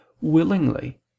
willingly